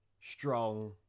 strong